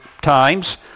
times